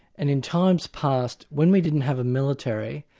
and in times past when we didn't have a military,